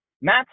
Matt